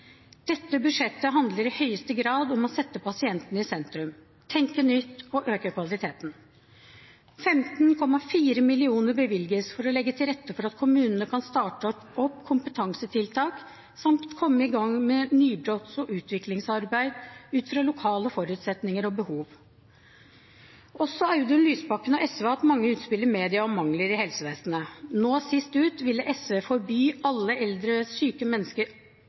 Dette budsjettet handler i høyeste grad om å sette pasienten i sentrum, tenke nytt og øke kvaliteten. 15,4 mill. kr bevilges for å legge til rette for at kommunene kan starte opp kompetansetiltak, samt komme i gang med nybrotts- og utviklingsarbeid ut fra lokale forutsetninger og behov. Også Audun Lysbakken og SV har hatt mange utspill i media om mangler i helsevesenet. Nå, sist ut, ville SV forby at eldre syke mennesker